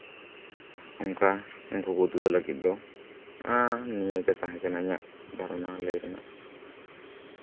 ᱚᱱᱠᱟ ᱩᱱᱠᱩ ᱠᱚ ᱩᱫᱽᱜᱟᱹᱣ ᱞᱟᱹᱜᱤᱫ ᱫᱚ ᱱᱤᱭᱟᱹ ᱜᱮ ᱛᱟᱦᱮᱸ ᱠᱟᱱᱟ ᱤᱧᱟᱹᱜ ᱫᱷᱟᱨᱚᱱᱟ ᱞᱟᱹᱭ ᱨᱮᱱᱟᱜ